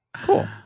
Cool